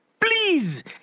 Please